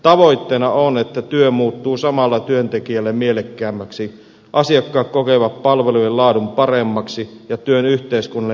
tavoitteena on että työ muuttuu samalla työntekijälle mielekkäämmäksi asiakkaat kokevat palvelujen laadun paremmaksi ja työn yhteiskunnallinen vaikuttavuus nousee